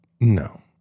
No